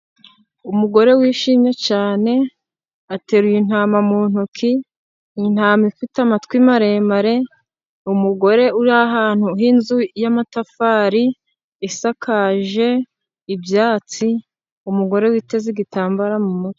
Umugore wishimye cyane, ateruye intama mu ntoki, intama ifite amatwi maremare, umugore uri ahantu h'inzu y'amatafari, isakaje ibyatsi, umugore witeze igitambaro mu mutwe.